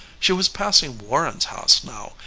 she was passing warren's house now,